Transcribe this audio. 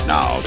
Now